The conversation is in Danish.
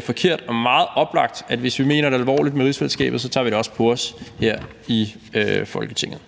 forkert, og det er meget oplagt, at hvis vi mener det alvorligt med rigsfællesskabet, tager vi det også på os her i Folketinget.